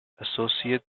associate